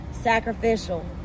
sacrificial